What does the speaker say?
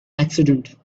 accident